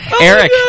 Eric